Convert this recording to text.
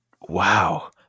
wow